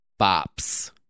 bops